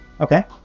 Okay